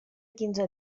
quinze